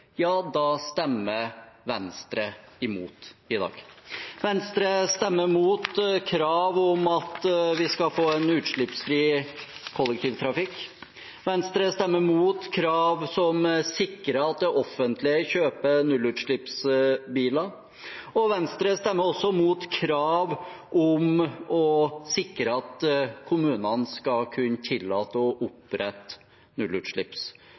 ja da stemmer Venstre mot i dag. Venstre stemmer mot krav om at vi skal få en utslippsfri kollektivtrafikk. Venstre stemmer mot krav som sikrer at det offentlige kjøper nullutslippsbiler. Og Venstre stemmer også mot krav om å sikre at kommunene skal kunne tillate å